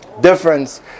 difference